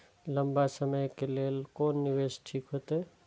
लंबा समय के लेल कोन निवेश ठीक होते?